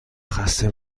خسته